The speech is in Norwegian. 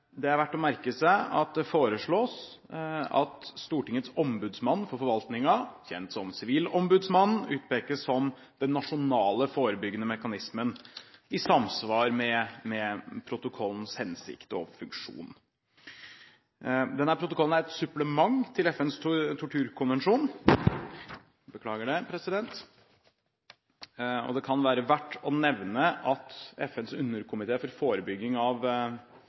Det er verdt å merke seg at det foreslås at Stortingets ombudsmann for forvaltningen, kjent som Sivilombudsmannen, utpekes som den nasjonale forebyggende mekanismen i samsvar med protokollens hensikt og funksjon. Denne protokollen er et supplement til FNs torturkonvensjon, og det kan være verdt å nevne at FNs underkomité for forebygging av